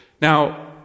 Now